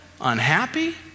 Unhappy